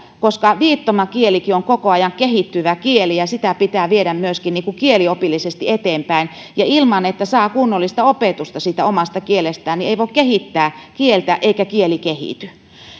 koska viittomakielikin on koko ajan kehittyvä kieli ja sitä pitää viedä myöskin niin kuin kieliopillisesti eteenpäin ja ilman että saa kunnollista opetusta omasta kielestään ei voi kehittää kieltä eikä kieli kehity